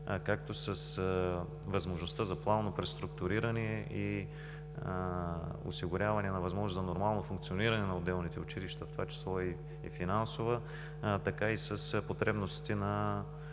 както с възможността за плавно преструктуриране и осигуряване на възможност за нормално функциониране на отделните училища, в това число и финансова, така и с потребностите на